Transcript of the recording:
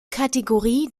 kategorie